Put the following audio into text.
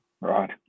Right